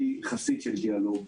אני חסיד של דיאלוג.